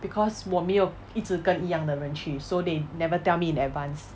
because 我没有一直跟一样的人去 so they never tell me in advance